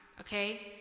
okay